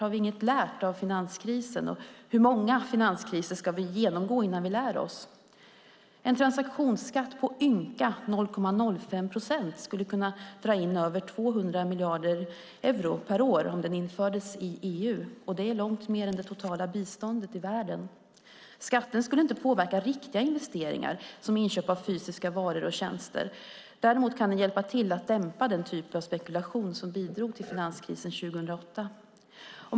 Har vi inget lärt av finanskrisen, och hur många finanskriser ska vi genomgå innan vi lär oss? En transaktionsskatt på ynka 0,05 procent skulle kunna dra in över 200 miljarder euro per år om den infördes i EU. Det är långt mer än det totala biståndet i världen. Skatten skulle inte påverka riktiga investeringar som inköp av fysiska varor och tjänster. Däremot kan den hjälpa till att dämpa den typ av spekulation som bidrog till finanskrisen 2008.